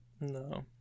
No